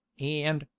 and,